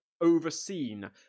overseen